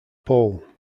pole